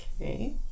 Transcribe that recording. Okay